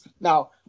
Now